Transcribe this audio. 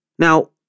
Now